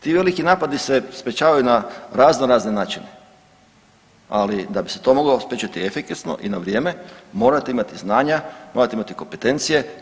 Ti veliki napadi se sprječavaju na razno, razne načine ali da bi se to moglo spriječiti efikasno i na vrijeme morate imati znanja, morate imati kompetencije.